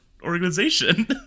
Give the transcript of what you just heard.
organization